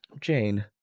Jane